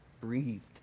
breathed